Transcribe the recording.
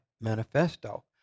Manifesto